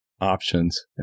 options